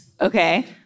Okay